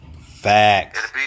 Facts